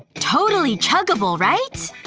totally chuggable, right?